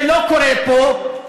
זה לא קורה פה,